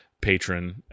patron